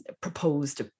proposed